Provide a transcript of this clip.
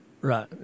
Right